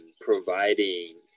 providing